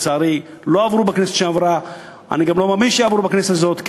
לצערי הן לא עברו בכנסת שעברה ואני גם לא מאמין שהיא תעבור בכנסת הזאת,